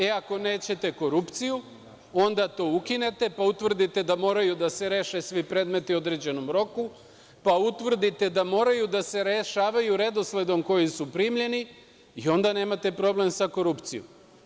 E, ako nećete korupciju, onda to ukinete, pa utvrdite da moraju da se reše svi predmeti u određenom roku, pa utvrdite da moraju da se rešavaju redosledom kojim su primljeni i onda nemate problem sa korupcijom.